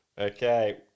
Okay